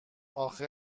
آخه